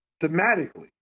thematically